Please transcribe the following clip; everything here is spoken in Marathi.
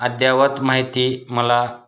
अद्ययावत माहिती मला